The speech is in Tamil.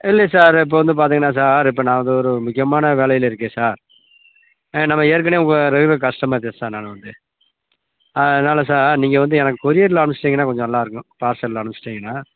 இல்லை சார் இப்போ வந்து பார்த்தீங்கன்னா சார் இப்போ நான் வந்து ஒரு முக்கியமான வேலையில் இருக்கேன் சார் ஆ நம்ம ஏற்கனவே உங்கள் ரெகுலர் கஸ்டமர் கேஸ்தான் நான் வந்து ஆ அதனாலே சார் நீங்கள் வந்து எனக்கு கொரியரில் அனுப்ச்சுட்டிங்கன்னா கொஞ்சம் நல்லாயிருக்கும் பார்சலில் அனுப்ச்சுட்டிங்கன்னா